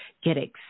Get